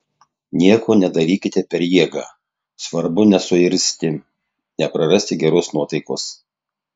nieko nedarykite per jėgą svarbu nesuirzti neprarasti geros nuotaikos